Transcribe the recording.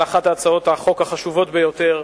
על אחת הצעות החוק החשובות ביותר,